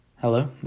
Hello